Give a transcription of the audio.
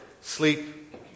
sleep